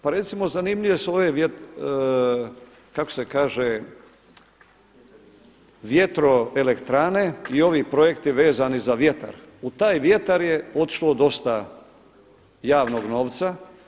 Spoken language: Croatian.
Pa recimo zanimljive su ove kako se kaže vjetroelektrane i ovi projekti vezani za vjetar, u taj vjetar je otišlo dosta javnog novca.